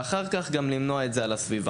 ואחר כך גם למנוע את זה מהסביבה.